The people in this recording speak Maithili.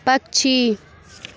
पक्षी